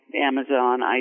Amazon